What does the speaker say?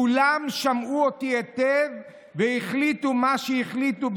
כולם שמעו אותי היטב והחליטו מה שהחליטו.